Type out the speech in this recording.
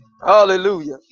hallelujah